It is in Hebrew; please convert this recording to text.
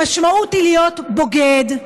המשמעות היא להיות בוגד,